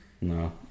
No